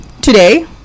Today